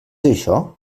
això